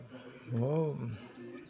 वो